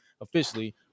officially